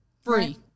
free